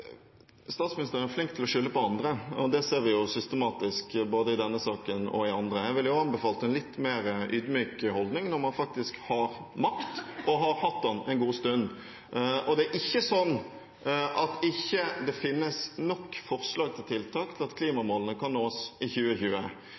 Statsministeren er flink til å skylde på andre, og det ser vi systematisk både i denne saken og i andre. Jeg ville anbefalt en litt mer ydmyk holdning når man faktisk har makt, og har hatt den en god stund. Det er ikke sånn at det ikke finnes nok forslag til tiltak til at klimamålene kan nås i 2020.